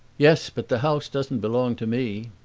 yes, but the house doesn't belong to me.